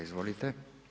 Izvolite.